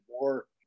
more